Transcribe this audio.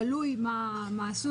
תלוי מה הסוג,